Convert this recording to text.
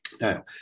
Now